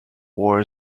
war